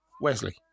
Wesley